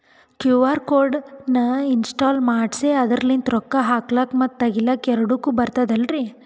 QR code ನ install ಮಾಡೆಸಿ ಅದರ್ಲಿಂದ ರೊಕ್ಕ ಹಾಕ್ಲಕ್ಕ ಮತ್ತ ತಗಿಲಕ ಎರಡುಕ್ಕು ಬರ್ತದಲ್ರಿ?